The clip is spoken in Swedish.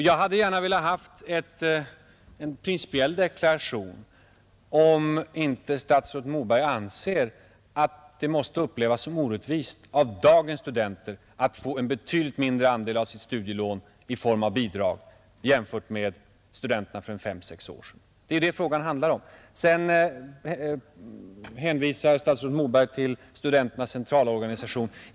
Jag hade gärna velat höra en principiell deklaration, om inte statsrådet Moberg anser att det måste upplevas som orättvist av dagens studenter att få en betydligt mindre andel av sitt studielån i form av bidrag än studenterna för fem sex år sedan, Det är det frågan handlar om. Statsrådet Moberg hänvisar till studenternas centralorganisation.